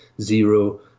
zero